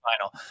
final